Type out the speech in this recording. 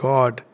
God